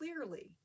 clearly